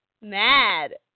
mad